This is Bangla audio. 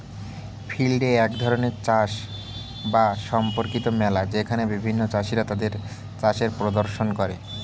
ফিল্ড ডে এক ধরণের চাষ বাস সম্পর্কিত মেলা যেখানে বিভিন্ন চাষীরা তাদের চাষের প্রদর্শন করে